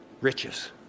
Riches